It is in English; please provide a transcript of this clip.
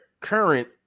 current